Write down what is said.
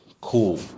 cool